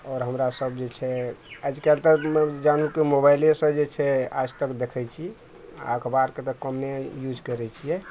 आओर हमरा सब जे छै आइकाल्हि तऽ लोग जानू के मोबाइले सऽ जे छै आजतक देखै छी आ अखबार के तऽ कमे यूज करै छियै